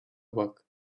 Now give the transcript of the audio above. work